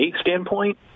standpoint